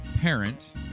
parent